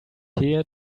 here